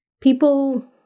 People